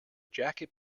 jacket